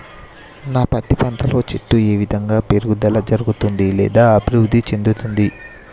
నా పత్తి పంట లో చెట్టు ఏ విధంగా పెరుగుదల జరుగుతుంది లేదా అభివృద్ధి చెందుతుంది?